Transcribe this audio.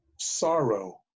sorrow